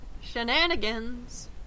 shenanigans